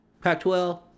Pac-12